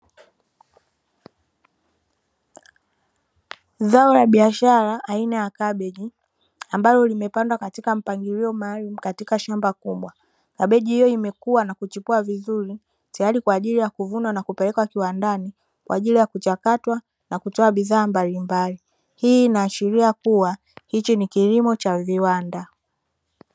Zao la biashara aina ya kabeji, ambalo limepandwa katika mpangilio maalumu katika shamba kubwa. kabeji hiyo imekua na kuchipua vizuri, tayari kwa ajili ya kuvunwa na kupelekwa kiwandani kwa ajili ya kuchakatwa na kutoa bidhaa mbalimbali. Hii inaashiria kuwa hiki ni kilimo cha viwanda.